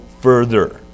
further